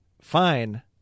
Fine